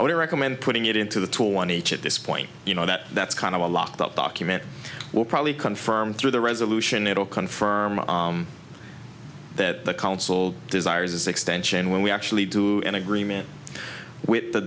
i would recommend putting it into the tall one h at this point you know that that's kind of a locked up document will probably confirm through the resolution it'll confirm that the council desires this extension when we actually do an agreement with the